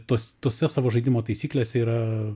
tos tose savo žaidimo taisyklėse yra